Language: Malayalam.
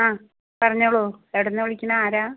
ആ പറഞ്ഞോളു എവിടെന്നാണ് വിളിക്കണത് ആരാണ്